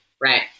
right